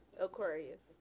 Aquarius